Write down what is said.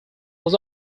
was